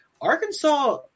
Arkansas